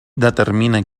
determina